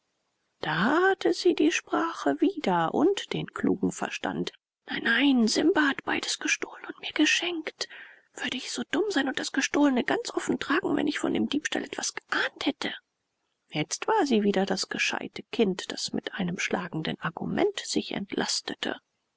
da hatte sie die sprache wieder und den klugen verstand nein nein simba hat beides gestohlen und mir geschenkt würde ich so dumm sein und das gestohlene ganz offen tragen wenn ich von dem diebstahl etwas geahnt hätte jetzt war sie wieder das gescheite kind das mit einem schlagenden argument sich entlastete